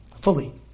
fully